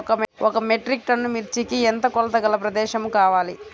ఒక metric ton మిర్చికి ఎంత కొలతగల ప్రదేశము కావాలీ?